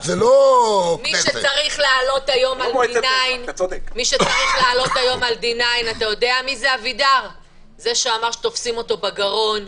מי שצריך לעלות היום על D9 זה שאמר שתופסים אותו בגרון.